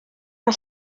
mae